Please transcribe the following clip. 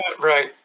right